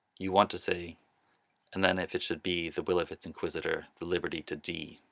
you want to say and then if it should be, the will of its inquisitor, the liberty to d,